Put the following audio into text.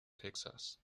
texas